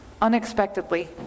unexpectedly